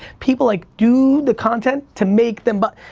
people like do the content to make them but